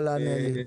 אהלן, אלי.